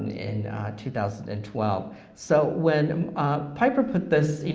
in two thousand and twelve, so when piper put this,